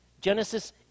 Genesis